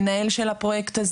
ניהול הפרויקט,